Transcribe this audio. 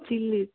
chillies